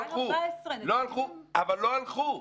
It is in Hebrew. אבל זה 2014. אבל לא הלכו.